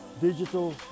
digital